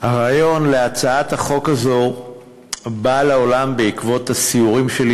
הרעיון להצעת החוק הזאת בא לעולם בעקבות הסיורים שלי